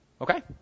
Okay